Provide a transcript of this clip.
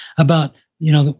about you know,